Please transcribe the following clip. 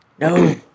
No